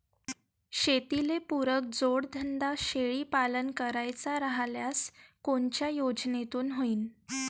शेतीले पुरक जोडधंदा शेळीपालन करायचा राह्यल्यास कोनच्या योजनेतून होईन?